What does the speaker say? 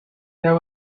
there